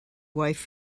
wife